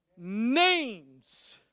names